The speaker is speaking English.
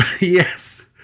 Yes